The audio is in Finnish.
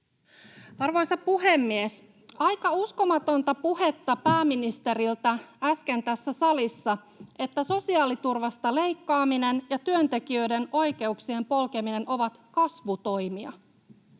Arvoisa puhemies! Aika uskomatonta puhetta pääministeriltä äsken tässä salissa, että sosiaaliturvasta leikkaaminen ja työntekijöiden oikeuksien polkeminen ovat kasvutoimia.